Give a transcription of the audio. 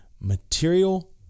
Material